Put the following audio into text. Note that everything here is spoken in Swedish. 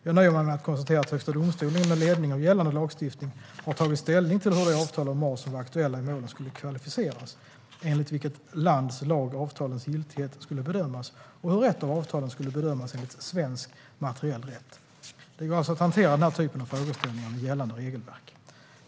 Jag nöjer mig med att konstatera att Högsta domstolen med ledning av gällande lagstiftning har tagit ställning till hur de avtal om mahr som var aktuella i målen skulle kvalificeras, enligt vilket lands lag avtalens giltighet skulle bedömas och hur ett av avtalen skulle bedömas enligt svensk materiell rätt. Det går alltså att hantera den här typen av frågeställningar med gällande regelverk.